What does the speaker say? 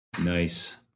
Nice